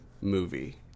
movie